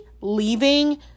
leaving